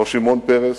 לא שמעון פרס,